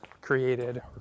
created